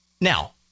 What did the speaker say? Now